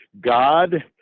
God